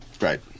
Right